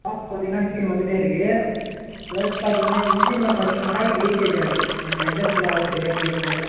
sound பார்த்தீங்கன்னா kicking வந்துகிட்டே இருக்குது ப்ளஸ் பார்த்தீங்கன்னா இன்ஜினில் பார்த்தீங்கன்னா ஆயில் லீக்கேஜ் ஆகுது எங் எந்த இடத்துல ஆகுதுன்னு சரியாக தெரியல